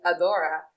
Adora